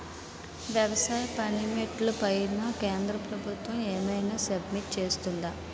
వ్యవసాయ పనిముట్లు పైన కేంద్రప్రభుత్వం ఏమైనా సబ్సిడీ ఇస్తుందా?